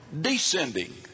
descending